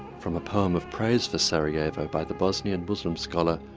from a poem of praise for sarajevo by the bosnian muslim scholar,